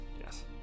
Yes